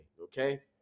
okay